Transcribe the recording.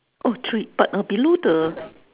oh three but uh below the